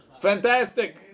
Fantastic